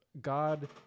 god